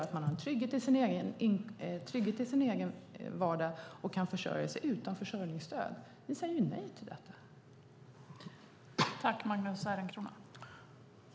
Ett arbete som gör att man kan försörja sig utan försörjningsstöd ger en trygghet i den egna vardagen. Det säger ni nej till.